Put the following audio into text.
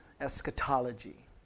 Eschatology